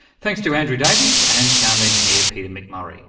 thanks to andrew davies and sound engineer peter mcmurray.